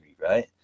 right